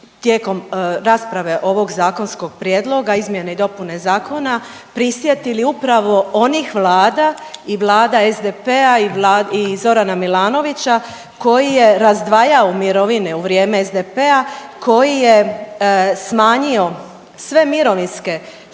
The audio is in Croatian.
tijekom rasprave ovog zakonskog prijedloga izmjene i dopune zakona prisjetili upravo onih vlada i vlada SDP-a i Zorana Milanovića koji je razdvajao mirovine u vrijeme SDP-a, koji je smanjio sve mirovinske faktore